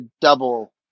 double